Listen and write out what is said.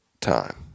time